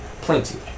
Plenty